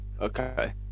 Okay